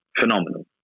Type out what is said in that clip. phenomenal